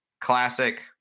Classic